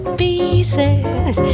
pieces